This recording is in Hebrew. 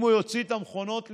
אם הוא יוציא את המכונות לפני,